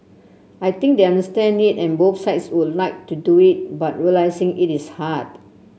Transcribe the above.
I think they understand it and both sides would like to do it but realising it is hard